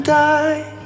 die